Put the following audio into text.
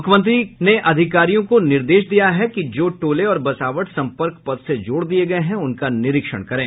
मुख्यमंत्री ने अधिकारियों को निर्देश दिया है कि जो टोले और बसावट संपर्क पथ से जोड़ दिये गये हैं उनका निरीक्षण करें